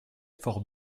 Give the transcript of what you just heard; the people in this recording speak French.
fort